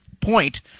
point